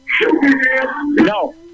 No